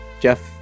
Jeff